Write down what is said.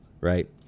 right